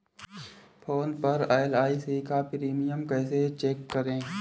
Phone पर LIC का premium कैसे चेक करें?